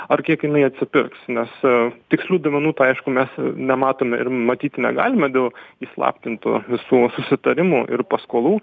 ar kiek jinai atsipirks nes tikslių duomenų tai aišku mes nematome ir matyt negalime dėl įslaptintų visų susitarimų ir paskolų